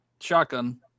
shotgun